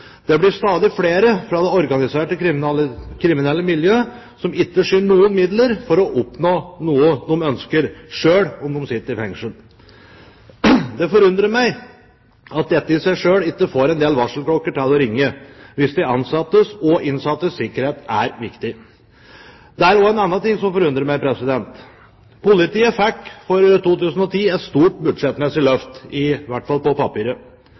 Det blir stadig flere fra det organiserte kriminelle miljøet som ikke skyr noen midler for å oppnå noe de ønsker, selv om de sitter i fengsel. Det forundrer meg at dette i seg selv ikke får en del varselklokker til å ringe, hvis de ansattes og innsattes sikkerhet er viktig. Det er også en annen ting som forundrer meg. Politiet fikk i 2010 et stort budsjettmessig løft, i hvert fall på papiret.